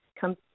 come